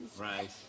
Right